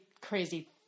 crazy